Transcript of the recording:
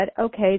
Okay